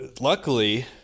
luckily